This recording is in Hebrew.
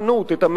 את המעילים,